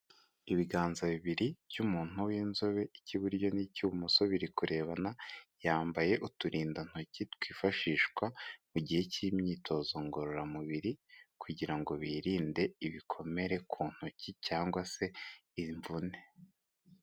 Ibiganza bibiri by'umuntu w'inzobe icy'iburyo n'cy'bumoso biri kurebana, yambaye uturindantoki twifashishwa mu gihe cy'imyitozo ngororamubiri kugira ngo birinde ibikomere ku ntoki cyangwa se imvune.